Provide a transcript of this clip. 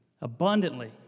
Abundantly